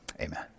Amen